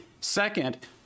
Second